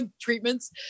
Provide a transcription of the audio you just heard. treatments